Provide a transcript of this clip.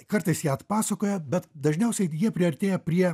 kartais ją atpasakoją bet dažniausiai jie priartėja prie